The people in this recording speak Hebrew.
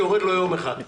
יורד לו יום אחד.